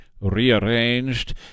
rearranged